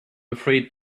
afraid